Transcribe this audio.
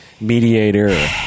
mediator